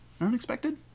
unexpected